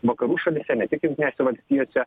vakarų šalyse ne tik jungtinėse valstijose